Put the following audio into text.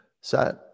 Set